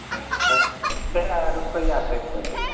तऽ कत्तेक कै रूपैआ तक खोजियै